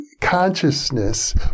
consciousness